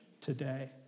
today